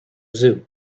zoo